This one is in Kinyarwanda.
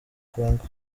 congo